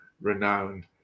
renowned